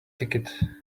ticket